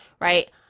right